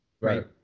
Right